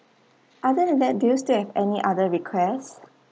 other then that do you still have any other requests